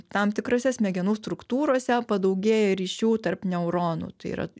tam tikrose smegenų struktūrose padaugėja ryšių tarp neuronų tai yra